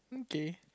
K